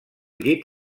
llit